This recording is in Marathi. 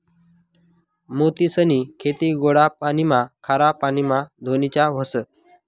मोतीसनी खेती गोडा पाणीमा, खारा पाणीमा धोनीच्या व्हस